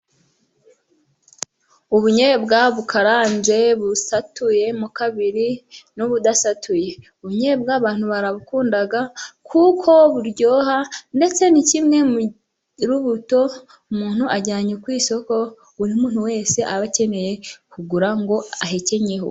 Ubunyobwa bukaranze, busatuyemo kabiri n'ubudasatuye, ubunyobwa abantu barabukunda kuko buryoha, ndetse ni kimwe mu rubuto umuntu ajyanye ku isoko, buri muntu wese aba akeneye kugura ngo ahekenyeho.